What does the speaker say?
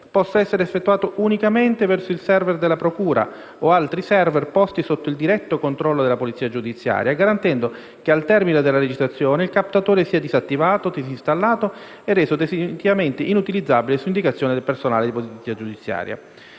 possa essere effettuato unicamente verso il *server* della procura o altri *server* posti sotto il diretto controllo della polizia giudiziaria, garantendo che al termine della registrazione il captatore sia disattivato, disinstallato e reso definitivamente inutilizzabile su indicazione del personale di polizia giudiziaria.